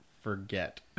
forget